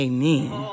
Amen